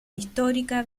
histórica